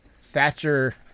Thatcher